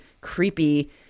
creepy